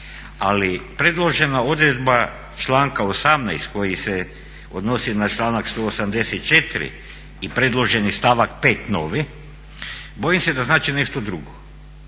Ali predložena odredba članka 18. koji se odnosi na članak 184. i predloženi stavak 5. novi bojim se da znače nešto drugo.